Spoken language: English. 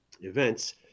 events